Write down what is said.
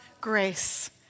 grace